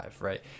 right